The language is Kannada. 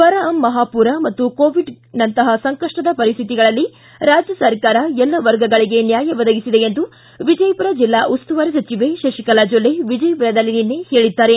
ಬರ ಮಹಾಪೂರ ಹಾಗೂ ಕೋವಿಡ್ಗಳಂತಹ ಸಂಕಷ್ಟದ ಪರಿಸ್ಥಿತಿಗಳಲ್ಲಿ ರಾಜ್ಯ ಸರ್ಕಾರ ಎಲ್ಲ ವರ್ಗಗಳಿಗೆ ನ್ಯಾಯ ಒದಗಿಸಿದೆ ಎಂದು ವಿಜಯಮರ ಜಿಲ್ಲಾ ಉಸ್ತುವಾರಿ ಸಚಿವೆ ಶಶಿಕಲಾ ಜೊಲ್ಲೆ ವಿಜಯಮರದಲ್ಲಿ ನಿನ್ನೆ ಹೇಳಿದ್ದಾರೆ